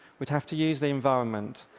we'd have to use the environment,